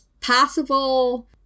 possible